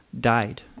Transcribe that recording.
died